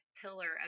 pillar